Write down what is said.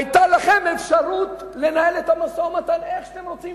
היתה לכם אפשרות לנהל את המשא-ומתן איך שאתם רוצים,